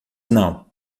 não